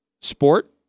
sport